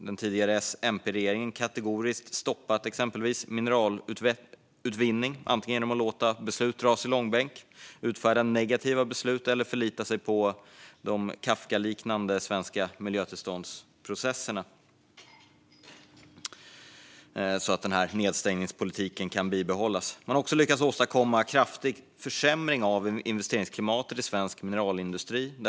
Den tidigare S-MP-regeringen har kategoriskt stoppat exempelvis mineralutvinning genom att låta beslut dras i långbänk, utfärda negativa beslut eller förlita sig på de Kafkaliknande svenska miljötillståndsprocesserna. På så sätt har nedstängningspolitiken kunnat bibehållas. Man har också lyckats åstadkomma en kraftig försämring av investeringsklimatet i svensk mineralindustri.